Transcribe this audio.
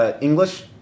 English